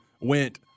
went